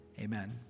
Amen